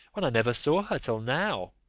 when i never saw her till now?